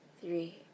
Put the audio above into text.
three